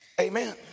Amen